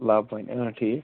لمنٛپ ۄۄنۍ ٲں ٹھیٖک